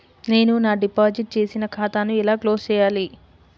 నేను నా డిపాజిట్ చేసిన ఖాతాను ఎలా క్లోజ్ చేయాలి?